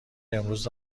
امروز